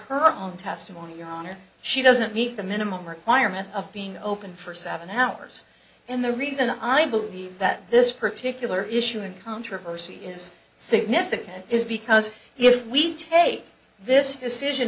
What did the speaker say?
her own testimony your honor she doesn't meet the minimum requirement of being open for seven hours and the reason i believe that this particular issue and controversy is significant is because if we take this decision